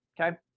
Okay